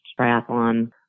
triathlon